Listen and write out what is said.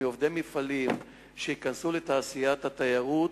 של עובדי מפעלים שייכנסו לתעשיית התיירות?